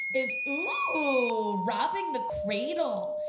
is, ooh, robbing the cradle.